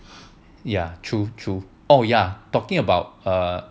ya true true orh talking about